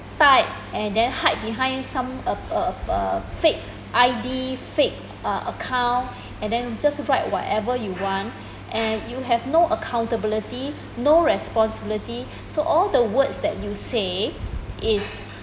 type and then hide behind some uh uh uh fake I_D fake account uh and then just write whatever you want and you have no accountability no responsibility so all the words that you say is